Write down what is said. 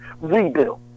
Rebuild